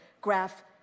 graph